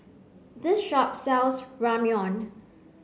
this shop sells Ramyeon